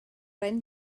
ein